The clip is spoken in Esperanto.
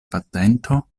patento